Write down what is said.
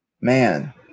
Man